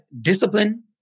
discipline